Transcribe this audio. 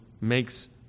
makes